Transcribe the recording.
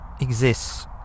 exists